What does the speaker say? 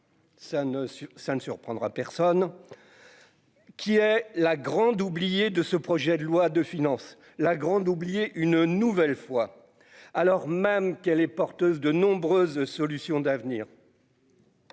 ça ne surprendra personne, qui est la grande oubliée de ce projet de loi de finances, la grande oubliée, une nouvelle fois, alors même qu'elle est porteuse de nombreuses solutions d'avenir.